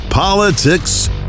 Politics